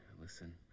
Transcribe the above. Listen